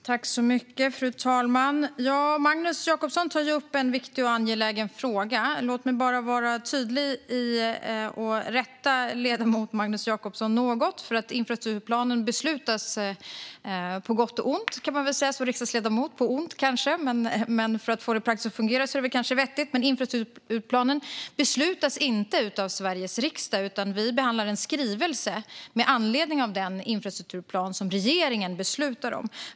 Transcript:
Fru talman! Magnus Jacobsson tar upp en viktig och angelägen fråga. Låt mig bara vara tydlig och rätta ledamoten något: Infrastrukturplanen beslutas inte av Sveriges riksdag - på gott och ont. Som riksdagsledamot kanske man säger ont, men för att det ska fungera praktiskt är det kanske vettigt. Vi i riksdagen behandlar en skrivelse med anledning av den infrastrukturplan som regeringen beslutar om.